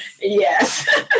yes